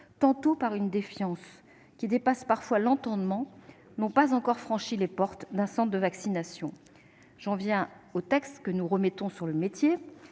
tantôt par une défiance qui dépasse parfois l'entendement, n'ont pas encore franchi les portes d'un centre de vaccination. J'en viens au texte que nous remettons sur le métier.